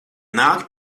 nāk